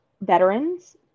veterans